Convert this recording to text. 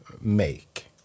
make